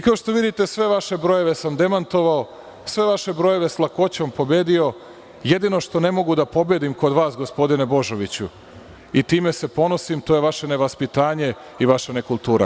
Kao što vidite, sve vaše brojeve sam demantovao, sve vaše brojeve sa lakoćom pobedio, jedino što ne mogu da pobedim kod vas gospodine Božoviću i time se ponosim, to je vaše nevaspitanje i vaša nekultura.